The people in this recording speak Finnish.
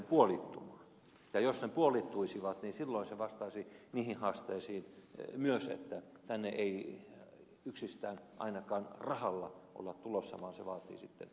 jos ne puolittuisivat niin silloin se vastaisi myös niihin haasteisiin että tänne ei yksistään ainakaan rahalla olla tulossa vaan se vaatii sitten muutakin